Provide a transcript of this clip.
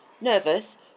Nervous